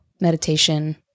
meditation